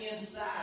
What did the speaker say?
inside